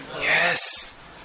Yes